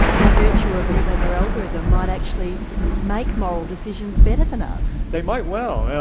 by virtue of a clever algorithm, might actually make moral decisions better than us. they might well. yeah